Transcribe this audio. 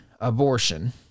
abortion